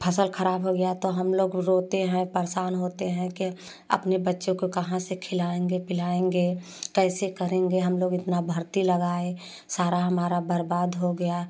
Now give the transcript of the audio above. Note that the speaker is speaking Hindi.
फसल खराब हो गिया तो हम लोग रोते हैं परेशान होते हैं कि अपने बच्चे को कहाँ से खिलाएंगे पिलाएंगे कैसे करेंगे हम लोग इतना भर्ती लगाए सारा हमारा बर्बाद हो गया